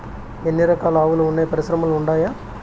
ఎన్ని రకాలు ఆవులు వున్నాయి పరిశ్రమలు ఉండాయా?